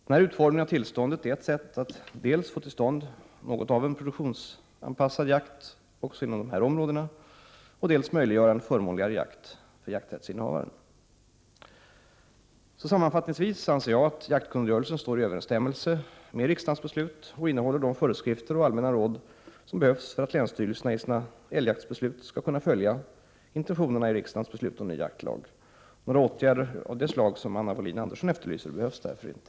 Denna utformning av tillståndet är ett 17 januari 1989 sätt att dels få till stånd något av en produktionsanpassad jakt även inom dessa områden, dels möjliggöra en förmånligare jakt för jakträttsinnehavaren. Sammanfattningsvis anser jag att jaktkungörelsen står i överensstämmelse med riksdagens beslut och innehåller de föreskrifter och allmänna råd som behövs för att länsstyrelserna i sina älgjaktsbeslut skall kunna följa intentionerna i riksdagens beslut om ny jaktlag. Några åtgärder av det slag Anna Wohlin-Andersson efterlyser behövs därför inte.